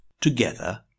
together